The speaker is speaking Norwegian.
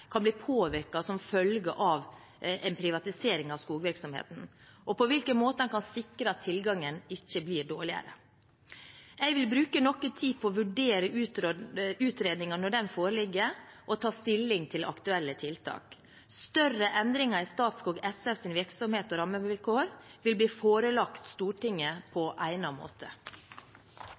kan bli påvirket som følge av en privatisering av skogvirksomheten, og på hvilken måte en kan sikre at tilgangen ikke blir dårligere. Jeg vil bruke noe tid på å vurdere utredningen når den foreligger, og ta stilling til aktuelle tiltak. Større endringer i Statskog SFs virksomhet og rammevilkår vil bli forelagt Stortinget